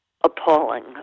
appalling